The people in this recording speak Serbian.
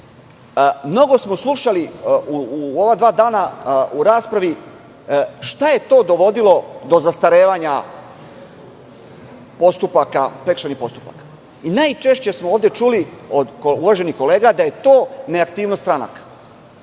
Mnogo smo slušali u ova dva dana u raspravi šta je to dovodilo do zastarevanja prekršajnih. Najčešće smo ovde čuli od uvaženih kolega da je to neaktivnost stranaka. Ne